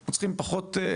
אנחנו צריכים פחות השקעה",